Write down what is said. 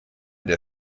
der